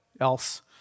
else